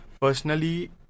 personally